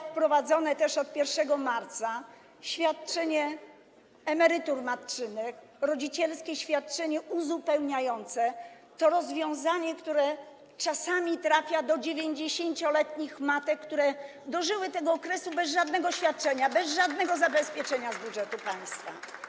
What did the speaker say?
Wprowadzone od 1 marca świadczenie, emerytury matczyne, rodzicielskie świadczenie uzupełniające to też rozwiązanie, które czasami trafia do 90-letnich matek, które dożyły tego okresu bez żadnego świadczenia, bez żadnego zabezpieczenia z budżetu państwa.